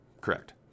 correct